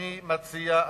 אני מציע,